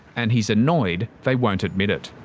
and he's annoyed they won't admit it.